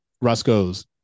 Roscoe's